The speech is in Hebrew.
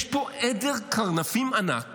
יש פה עדר קרנפים ענק